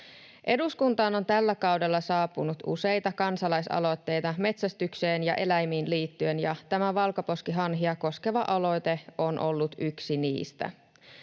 Eduskuntaan on tällä kaudella saapunut useita kansalaisaloitteita metsästykseen ja eläimiin liittyen, ja tämä valkoposkihanhia koskeva aloite on ollut yksi niistä.